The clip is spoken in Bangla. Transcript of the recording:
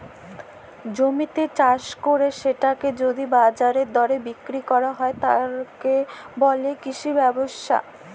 জমিতে চাস কইরে সেটাকে যদি বাজারের দরে বিক্রি কইর হয়, তাকে বলে কৃষি ব্যবসা